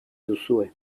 duzue